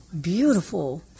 beautiful